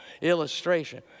illustration